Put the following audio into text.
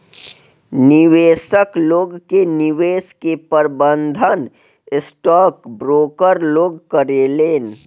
निवेशक लोग के निवेश के प्रबंधन स्टॉक ब्रोकर लोग करेलेन